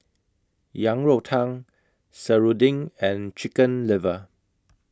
Yang Rou Tang Serunding and Chicken Liver